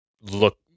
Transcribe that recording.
Look